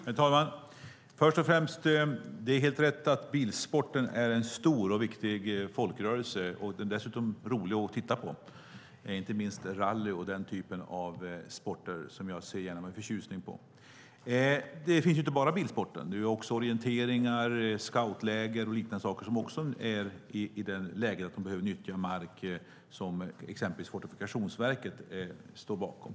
Herr talman! Först och främst är det helt rätt att bilsporten är en stor och viktig folkrörelse. Den är dessutom rolig att titta på - inte minst rally och den typen av sporter. Jag ser gärna med förtjusning på dem. Det finns dock inte bara bilsport; det är även orientering, scoutläger och liknande som också är i det läget att de behöver nyttja mark som Fortifikationsverket står bakom.